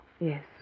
Yes